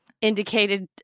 indicated